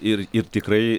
ir ir tikrai